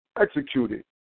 executed